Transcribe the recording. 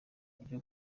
ryo